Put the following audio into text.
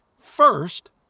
First